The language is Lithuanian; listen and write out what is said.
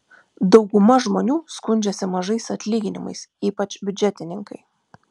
dauguma žmonių skundžiasi mažais atlyginimais ypač biudžetininkai